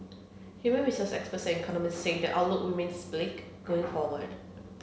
human resource experts and economists say the outlook remains bleak going forward